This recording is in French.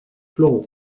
floraux